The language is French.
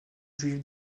juive